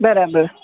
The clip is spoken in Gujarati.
બરાબર